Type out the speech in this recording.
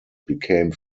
became